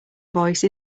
voice